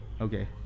Okay